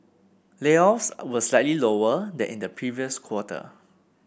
layoffs were slightly lower than in the previous quarter